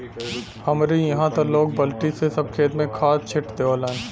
हमरे इहां त लोग बल्टी से सब खेत में खाद छिट देवलन